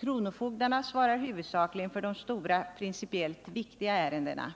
Kronofogdarna svarar huvudsakligen för de stora, principiellt viktiga ärendena.